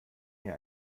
mir